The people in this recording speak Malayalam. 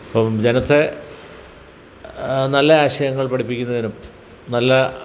ജനത്തെ നല്ല ആശയങ്ങൾ പഠിപ്പിക്കുന്നതിനും നല്ല